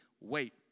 wait